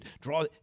draw